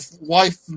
wife